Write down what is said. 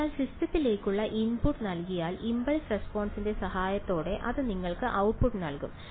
അതിനാൽ സിസ്റ്റത്തിലേക്കുള്ള ഇൻപുട്ട് നൽകിയാൽ ഇംപൾസ് റെസ്പോൺസ്ൻറെ സഹായത്തോടെ അത് നിങ്ങൾക്ക് ഔട്ട്പുട്ട് നൽകും